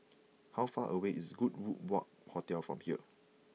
how far away is Goodwood walk Hotel from here